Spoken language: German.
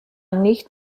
nicht